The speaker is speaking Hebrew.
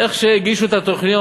איך שהגישו את התוכניות